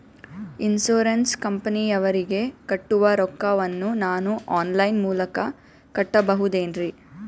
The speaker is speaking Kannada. ಇನ್ಸೂರೆನ್ಸ್ ಕಂಪನಿಯವರಿಗೆ ಕಟ್ಟುವ ರೊಕ್ಕ ವನ್ನು ನಾನು ಆನ್ ಲೈನ್ ಮೂಲಕ ಕಟ್ಟಬಹುದೇನ್ರಿ?